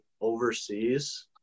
overseas